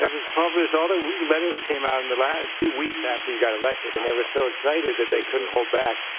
was published. all the letters came out in the like and few weeks after you got elected, and they were so excited that they couldn't hold back.